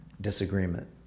Disagreement